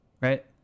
Right